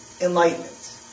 Enlightenment